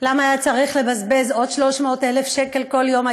למה היה צריך לבזבז עוד 300,000 שקל כל יום,